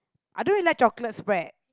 I don't really like chocolate spread